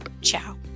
ciao